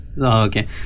Okay